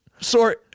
sorry